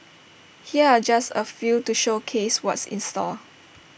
here are just A few to showcase what's in store